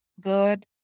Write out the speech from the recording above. good